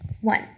One